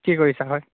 কি কৰিছা হয়